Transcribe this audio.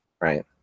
right